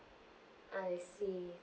I see